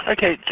Okay